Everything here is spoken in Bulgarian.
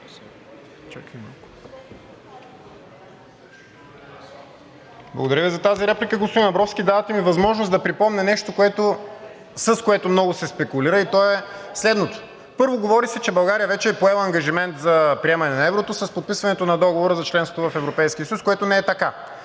Благодаря Ви за тази реплика, господин Абровски. Давате ми възможност да припомня нещо, с което много се спекулира, и то е следното. Първо, говори се, че България вече е поела ангажимент за приемане на еврото с подписването на Договора за членството в Европейския съюз, което не е така,